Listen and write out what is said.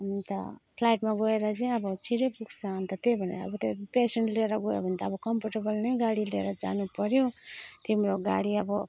अन्त फ्लाइटमा गएर चाहिँ अब छिट्टै पुग्छ अन्त त्यही भनेर अब त्यो पेसेन्ट लिएर गयो भने त अब कम्फर्टेबल नै गाडी लिएर जानुपर्यो तिम्रो गाडी अब